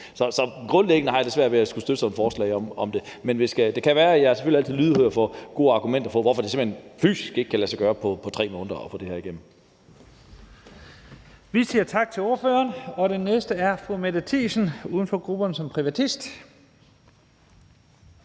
Så grundlæggende har jeg svært ved at skulle støtte sådan et forslag, men jeg er selvfølgelig altid lydhør over for gode argumenter for, at det fysisk simpelt hen ikke kan lade sig gøre på 3 måneder at få det her igennem.